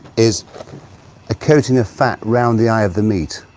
is a coating of fat around the eye of the meat,